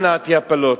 מנעתי הפלות.